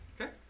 Okay